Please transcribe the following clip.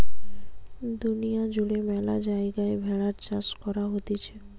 দুনিয়া জুড়ে ম্যালা জায়গায় ভেড়ার চাষ করা হতিছে